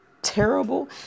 Terrible